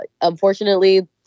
Unfortunately